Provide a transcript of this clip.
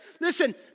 Listen